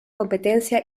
competencia